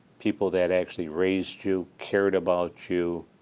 people that actually raised you, cared about you,